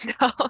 No